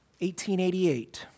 1888